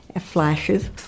flashes